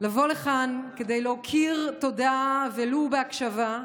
לבוא כדי להכיר תודה, ולו בהקשבה,